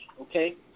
Okay